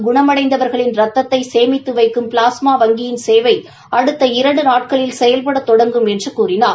குணமடைந்தவர்களின் ரத்ததை சேமித்து வைக்கும் ப்ளாஸ்மா வங்கியின் சேவை அடுத்த இரண்டு நாட்களில் செயல்பட தொடங்கும் என்று கூறினார்